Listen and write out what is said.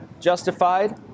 justified